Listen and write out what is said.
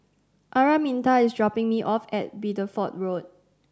Araminta is dropping me off at Bideford Road